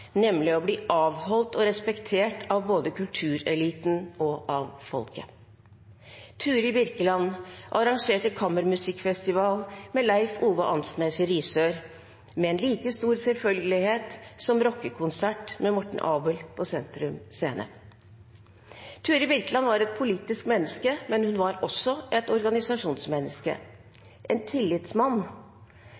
nemlig å bli avholdt og respektert av både kultureliten og folket. Turid Birkeland arrangerte kammermusikkfestival med Leif Ove Andsnes i Risør med en like stor selvfølgelighet som rockekonsert med Morten Abel på Sentrum Scene. Turid Birkeland var et politisk menneske, men hun var også et organisasjonsmenneske